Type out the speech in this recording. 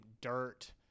dirt